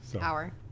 hour